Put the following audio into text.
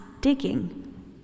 digging